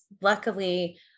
luckily